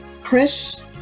Chris